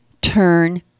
turn